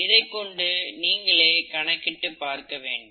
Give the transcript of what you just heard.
இதைக்கொண்டு நீங்களே கணக்கிட்டு பார்க்க வேண்டும்